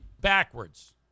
backwards